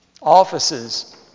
offices